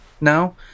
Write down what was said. now